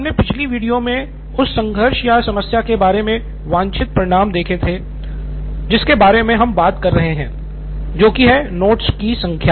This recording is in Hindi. हमने पिछले वीडियो में उस संघर्ष या समस्या के बारे में वांछित परिणाम देखे थे जिसके बारे में हम बात कर रहे हैं जोकि है नोट्स की संख्या